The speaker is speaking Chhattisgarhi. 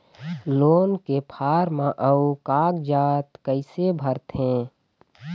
लोन के फार्म अऊ कागजात कइसे भरथें?